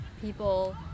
people